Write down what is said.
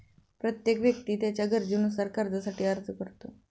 प्रत्येक व्यक्ती त्याच्या गरजेनुसार कर्जासाठी अर्ज करतो